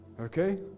Okay